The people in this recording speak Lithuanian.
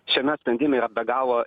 šiame sprendime yra be galo